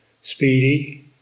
speedy